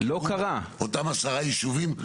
אותם עשרה ישובים,